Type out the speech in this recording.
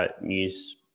news